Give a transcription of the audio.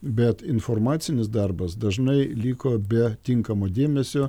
bet informacinis darbas dažnai liko be tinkamo dėmesio